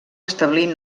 establir